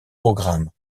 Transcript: programme